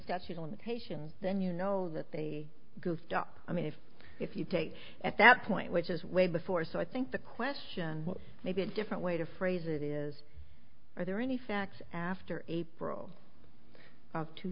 statute of limitations then you know that they goofed up i mean if if you take at that point which is way before so i think the question may be a different way to phrase it is are there any facts after april of two